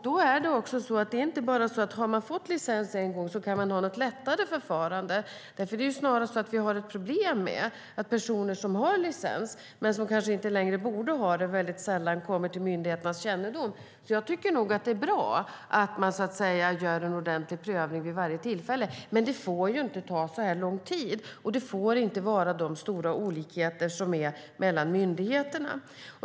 Det är inte så att om man en gång har fått licens kan det sedan vara ett lättare förfarande. Det är snarast så att vi har problem med att personer som har licens men kanske inte längre borde ha det sällan kommer till myndigheternas kännedom. Jag tycker nog att det är bra att man gör en ordentlig prövning vid varje tillfälle. Men det får ju inte ta så här lång tid, och det får inte vara de stora olikheter som finns mellan myndigheterna.